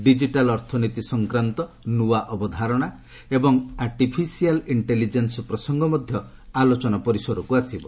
digital ଅର୍ଥନୀତି ସଂକ୍ରାନ୍ତ ନୂଆ ଅବଧାରଣା ଓ ଆର୍ଟିଫିସିଆଲ୍ ଇଷ୍ଟେଲିଜେନ୍ସ ପ୍ରସଙ୍ଗ ମଧ୍ୟ ଆଲୋଚନାରେ ପରିସରକୁ ଆସିବ